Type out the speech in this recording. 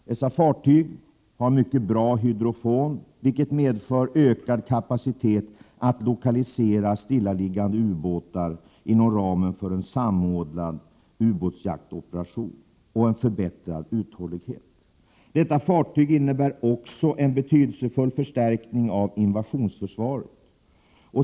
Dessa fartyg har en mycket bra hydrofon, vilket medför ökad kapacitet att lokalisera stillaliggande ubåtar inom ramen för en samlad samordnad utbåtsjaktsopera tion och en förbättrad uthållighet. Detta fartyg innebär också en betydelsefull förstärkning av invasionsförsvaret.